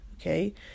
okay